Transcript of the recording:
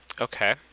okay